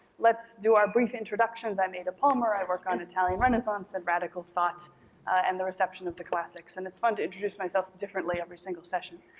let's do our brief introductions. i'm ada palmer. i work on italian renaissance and radical thought and the reception of the classics. and it's fun to introduce myself differently every single session.